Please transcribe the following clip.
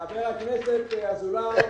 חבר הכנסת אזולאי,